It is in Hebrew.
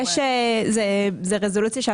זו רזולוציה של